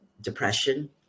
depression